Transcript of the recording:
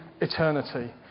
eternity